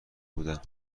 بودن